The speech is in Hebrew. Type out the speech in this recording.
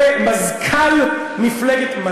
מזכ"ל מפלגת העבודה,